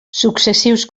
successius